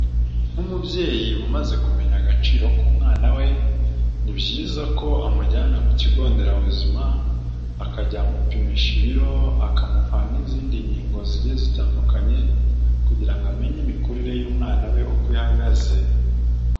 Nk'umubyeyi wamaze kumenya agaciro k'umwana we ni byiza ko amujyana ku kigo nderabuzima akajya amupimisha ibiro akamuha n'izindi nkingo zigiye zitandukanye kugira ngo amenye imikurire y'umwana we uko ihagaze.